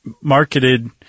marketed